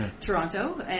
Toronto